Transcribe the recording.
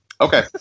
okay